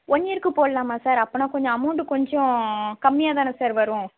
one இயர்க்கு போடலாமா sir அப்போனா கொஞ்சம் அமௌண்ட் கொஞ்சம் கம்மியாக தானே சார் வரும்